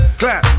clap